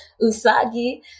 Usagi